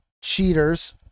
cheaters